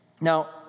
Now